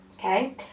Okay